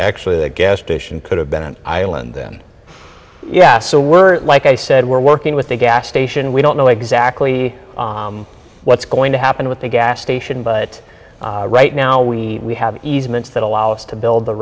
actually the gas station could have been an island then yeah so we're like i said we're working with the gas station we don't know exactly what's going to happen with the gas station but right now we have easements that allow us to build the